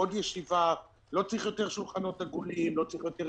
בגלל שיקולים פוליטיים צרים קבוצה